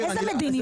איזו מדיניות?